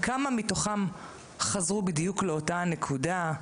כמה מתוכם חזרו בדיוק לאותה נקודה?